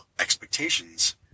expectations